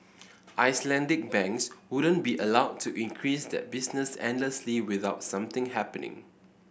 Icelandic banks wouldn't be allowed to increase that business endlessly without something happening